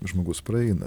žmogus praeina